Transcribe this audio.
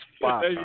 five